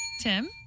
Tim